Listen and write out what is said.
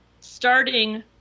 starting